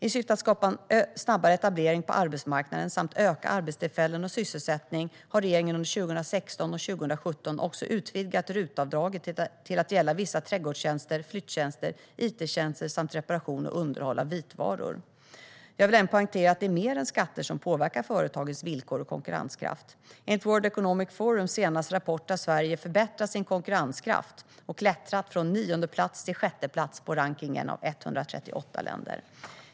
I syfte att skapa en snabbare etablering på arbetsmarknaden samt öka antalet arbetstillfällen och sysselsättning har regeringen under 2016 och 2017 också utvidgat RUT-avdraget till att gälla vissa trädgårdstjänster, flyttjänster, it-tjänster samt reparation och underhåll av vitvaror. Jag vill även poängtera att det är mer än skatter som påverkar företagens villkor och konkurrenskraft. Enligt World Economic Forums senaste rapport har Sverige förbättrat sin konkurrenskraft och klättrat från en niondeplats till en sjätteplats på rankningen av 138 länder.